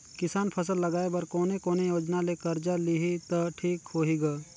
किसान फसल लगाय बर कोने कोने योजना ले कर्जा लिही त ठीक होही ग?